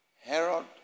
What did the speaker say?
Herod